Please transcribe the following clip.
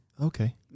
Okay